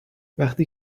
وقتی